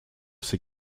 c’est